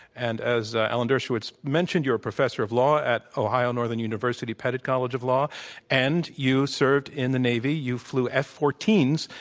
and, as alan dershowitz mentioned, you're a professor of law at ohio northern university pettit college of law and you served in the navy. you flew f fourteen s,